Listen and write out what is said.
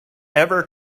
ever